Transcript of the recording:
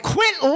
Quit